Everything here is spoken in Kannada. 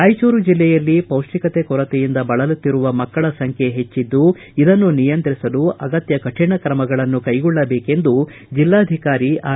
ರಾಯಚೂರು ಬೆಲ್ಲೆಯಲ್ಲಿ ಪೌಷ್ಟಿಕತ ಕೊರತೆಯಿಂದ ಬಳಲುತ್ತಿರುವ ಮಕ್ಕಳ ಸಂಖ್ಯೆ ಹೆಚ್ಚಿದ್ದು ಇದನ್ನು ನಿಯಂತ್ರಿಸಲು ಅಗತ್ಯ ಕರಿಣ ಕ್ರಮಗಳನ್ನು ಕೈಗೊಳ್ಳಬೇಕೆಂದು ಜಿಲ್ಲಾಧಿಕಾರಿ ಆರ್